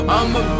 I'ma